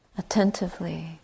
attentively